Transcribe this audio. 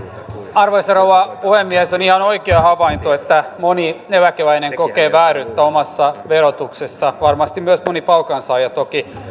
arvoisa rouva puhemies on ihan oikea havainto että moni eläkeläinen kokee vääryyttä omassa verotuksessaan varmasti myös moni palkansaaja toki